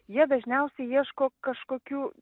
jie dažniausiai ieško kažkokių